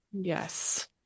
Yes